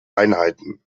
einheiten